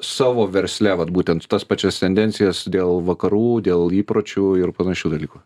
savo versle vat būtent tas pačias tendencijas dėl vakarų dėl įpročių ir panašių dalykų